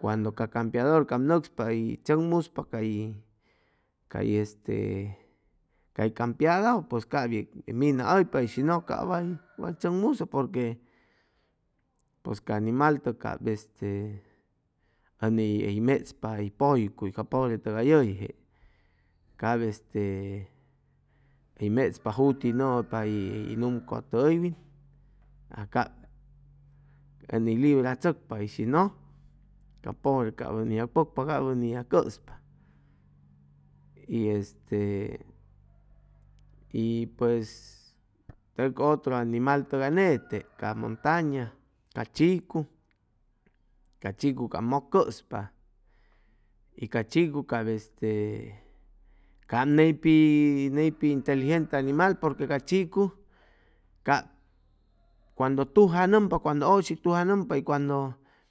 cuando ca campiador cap nʉcspa y tzʉŋmuspa cay cay este cay campiadajʉ pues cap yeg minahʉypa y shi nʉ cap way way chʉŋmusʉ porque pʉs ca animal tʉg cap este ʉni mechpa hʉy pʉycuy ca pobre tʉgay hʉyje cap este hʉy mechpa juti nʉmʉypa hʉy numcʉtʉ hʉywin aj cap ʉni librachʉcpa y shi nʉ ca pobre cap ʉni yagpʉgpa cap ʉni yag cʉspa y este y pues teg otro animal tʉgay nete ca montaña ca chiku, ca chhiku cap mʉk cʉspa y ca chiku cap este cap ney pi ney pit inteligente animal porque ca chiku cap cuando tujanʉmpa y cuando ʉshi tujanʉmpa y cuando